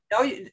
No